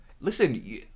listen